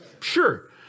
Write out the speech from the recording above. Sure